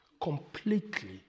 completely